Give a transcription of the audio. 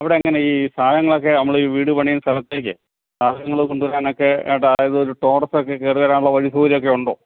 അവിടെ എങ്ങനെ ഈ സാധനങ്ങളൊക്കെ നമ്മൾ ഈ വീട് പണിയ്യുന്ന സ്ഥലത്തേക്കേ സാധനങ്ങൾ കൊണ്ടുവരാനൊക്കെ അതായത് ഒരു ടോർസ് ഒക്കെ കയറി വരാനുള്ള വഴി സൗകര്യം ഒക്കെ ഉണ്ടോ